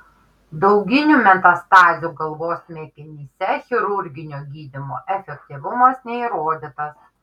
dauginių metastazių galvos smegenyse chirurginio gydymo efektyvumas neįrodytas